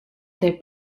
del